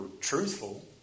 truthful